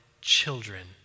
children